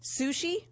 Sushi